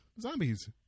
Zombies